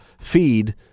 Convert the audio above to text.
feed